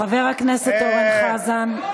חבר הכנסת אורן חזן,